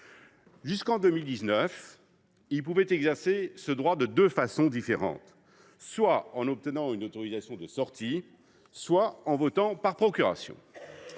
Jusqu’en 2019, ils pouvaient exercer ce droit de deux manières : en obtenant une autorisation de sortie ou en votant par procuration.